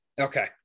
Okay